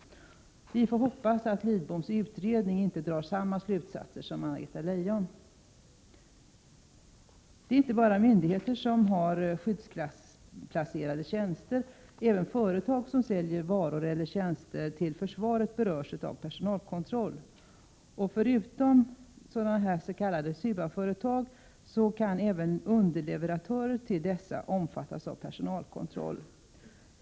Vi får hoppas att Lidbom i sin utredning inte drar samma slutsatser som Anna-Greta Leijon. Det är inte bara myndigheter som har skyddsklassplacerade tjänster. Även företag som säljer varor eller tjänster till försvaret berörs av personalkontroll. Förutom s.k. SUA-företag kan även underleverantörer till dessa omfattas av personalkontroll.